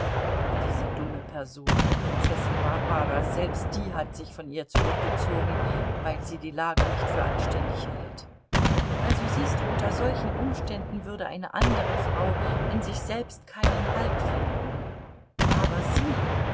diese dumme person die prinzessin warwara selbst die hat sich von ihr zurückgezogen weil sie die lage nicht für anständig hält also siehst du unter solchen umständen würde eine andere frau in sich selbst keinen halt finden aber sie